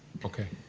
okay.